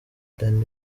buholandi